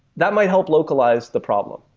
that might help localize the problem.